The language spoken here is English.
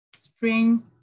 spring